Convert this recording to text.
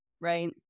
right